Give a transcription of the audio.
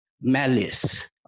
malice